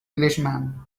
englishman